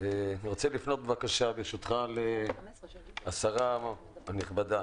אני רוצה לפנות, בבקשה, לשרה הנכבדה.